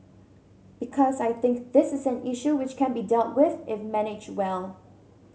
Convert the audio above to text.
because I think this is an issue which can be dealt with if managed well